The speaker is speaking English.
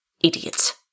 Idiots